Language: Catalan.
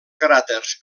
cràters